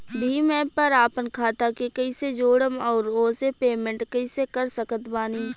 Bhim app पर आपन खाता के कईसे जोड़म आउर ओसे पेमेंट कईसे कर सकत बानी?